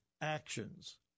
actions